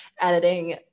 editing